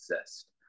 exist